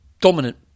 dominant